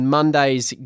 Monday's